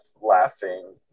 laughing